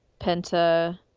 Penta